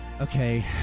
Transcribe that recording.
Okay